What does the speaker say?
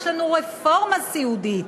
יש לנו רפורמה סיעודית,